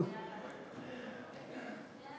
השואה (השבה ליורשים והקדשה למטרות סיוע